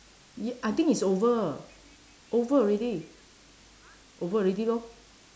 y~ I think it's over over already over already lor